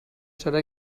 serà